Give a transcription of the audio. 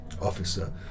officer